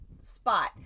spot